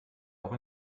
auch